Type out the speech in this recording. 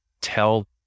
tell